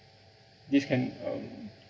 this can um